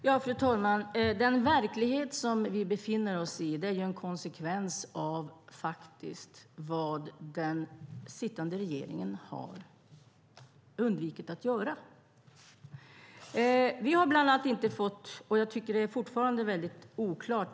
Fru talman! Den verklighet som vi befinner oss i är en konsekvens av vad den sittande regeringen har undvikit att göra. Jag tycker fortfarande att det är väldigt oklart.